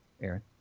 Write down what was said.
Aaron